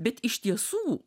bet iš tiesų